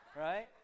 Right